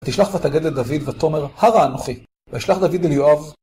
תשלח ותגד לדוד ותאמר, הרה אנוכי, וישלח דוד אל יואב.